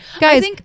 guys